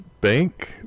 bank